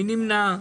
מי נמנע?